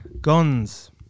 Guns